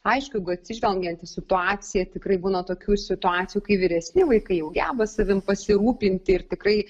aišku jeigu atsižvelgiant į situaciją tikrai būna tokių situacijų kai vyresni vaikai jau geba savim pasirūpinti ir tikrai